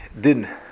din